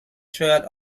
شاید